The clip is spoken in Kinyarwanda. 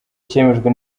cyemejwe